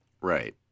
Right